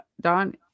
don